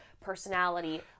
personality